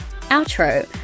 outro